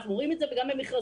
אנחנו רואים את זה גם במכרזים.